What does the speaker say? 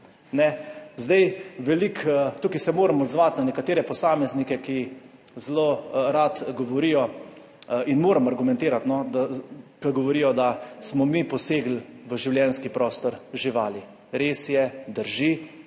tukaj se moram odzvati na nekatere posameznike, ki zelo rad govorijo in moram argumentirati, da ko govorijo, da smo mi posegli v življenjski prostor živali. Res je, drži,